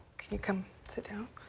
can you come sit down?